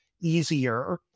easier